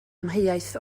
amheuaeth